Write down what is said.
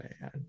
man